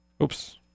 Oops